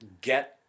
get